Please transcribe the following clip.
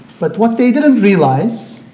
but what they didn't realize,